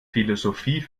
philosophie